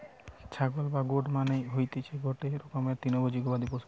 ছাগল বা গোট মানে হতিসে গটে রকমের তৃণভোজী গবাদি পশু